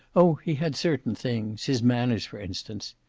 oh, he had certain things. his manners, for instance.